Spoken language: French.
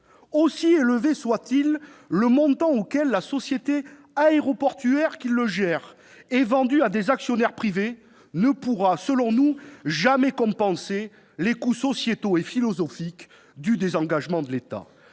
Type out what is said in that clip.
Si élevé soit-il, le montant auquel la société aéroportuaire qui le gère sera vendue à des actionnaires privés ne pourra, selon nous, jamais compenser les coûts sociétaux et philosophiques du désengagement de l'État.